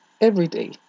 everyday